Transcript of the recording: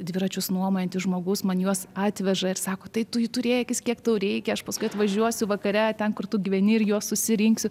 dviračius nuomojantis žmogus man juos atveža ir sako tai tu jį turėkis kiek tau reikia aš paskui atvažiuosiu vakare ten kur tu gyveni ir juos susirinksiu